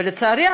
ולצערי,